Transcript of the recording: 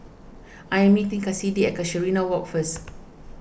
I am meeting Kassidy at Casuarina Walk first